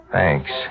Thanks